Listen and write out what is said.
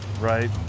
right